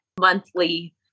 monthly